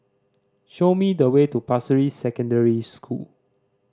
show me the way to Pasir Ris Secondary School